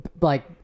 like-